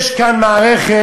יש כאן מערכת